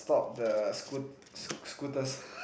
stop the scoot scooters